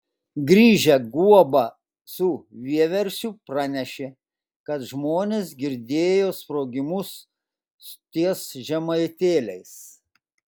grįžę guoba su vieversiu pranešė kad žmonės girdėjo sprogimus ties žemaitėliais